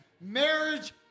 Marriage